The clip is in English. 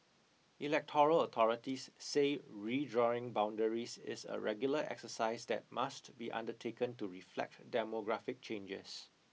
electoral authorities say redrawing boundaries is a regular exercise that must be undertaken to reflect demographic changes